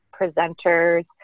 presenters